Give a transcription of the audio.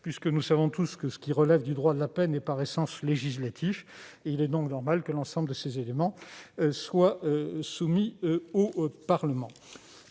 Nous savons tous que ce qui relève du droit de la peine est par essence de nature législative. Il est donc normal que l'ensemble de ces éléments soient soumis au Parlement.